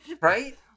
Right